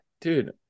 dude